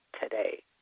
today